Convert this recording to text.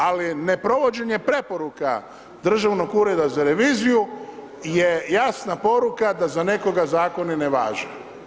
Ali neprovođenje preporuka Državnog ureda za reviziju je jasna poruka da za nekoga zakoni ne važe.